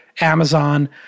Amazon